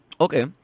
Okay